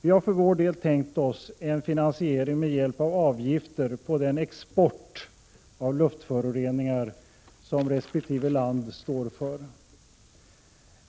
Vi har för vår del tänkt oss en finansiering med hjälp av avgifter på den export av luftföroreningar som resp. land står för.